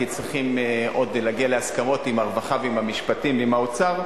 כי צריכים עוד להגיע להסכמות עם הרווחה ועם המשפטים ועם האוצר,